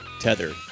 Tether